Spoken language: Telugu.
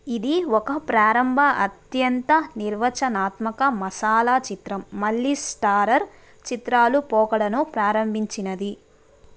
ఇది ఒక ప్రారంభ అత్యంత నిర్వచనాత్మక మసాలా చిత్రం మల్టీస్టారర్ చిత్రాలు పోకడను ప్రారంభించినది